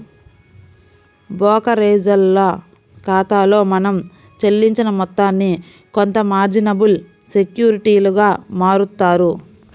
బోకరేజోల్ల ఖాతాలో మనం చెల్లించిన మొత్తాన్ని కొంత మార్జినబుల్ సెక్యూరిటీలుగా మారుత్తారు